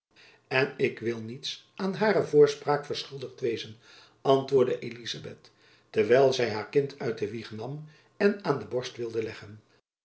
en ik wil niets aan hare voorspraak verschuldigd wezen antwoordde elizabeth terwijl zy haar kind uit de wieg nam en het aan de borst wilde leggen